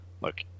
look